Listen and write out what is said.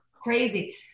crazy